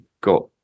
got